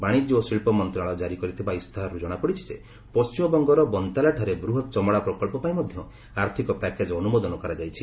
ବାଣିଜ୍ୟ ଓ ଶିଳ୍ପ ମନ୍ତ୍ରଣାଳୟ କାରୀ କରିଥିବା ଇସ୍ତାହାରର୍ ଜଣାପଡ଼ିଛି ଯେ ପଣ୍ଟିମବଙ୍ଗର ବନତାଲାଠାରେ ବୃହତ ଚମଡ଼ା ପ୍ରକଳ୍ପ ପାଇଁ ମଧ୍ୟ ଆର୍ଥିକ ପ୍ୟାକେଜ୍ ଅନୁମୋଦନ କରାଯାଇଛି